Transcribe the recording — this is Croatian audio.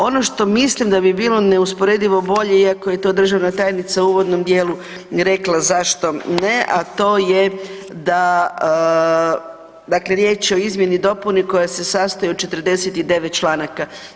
Ono što mislim da bi bilo neusporedivo bolje iako je to državna tajnica u uvodnom dijelu rekla zašto ne, a to je da, dakle riječ je o izmjeni i dopuni koja se sastoji od 49 članaka.